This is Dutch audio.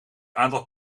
aantal